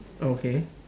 okay